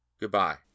Goodbye